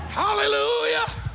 hallelujah